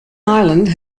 ireland